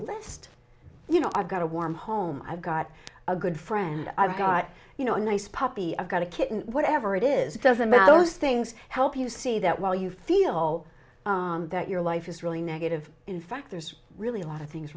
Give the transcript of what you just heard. list you know i've got a warm home i've got a good friend i've got you know a nice puppy i've got a kitten whatever it is it doesn't matter those things help you see that while you feel that your life is really negative in fact there's really a lot of things